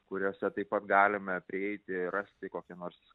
kuriose taip pat galime prieiti rasti kokią nors